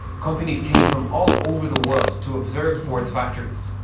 companies came from all over the world to observe ford's factories.